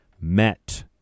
met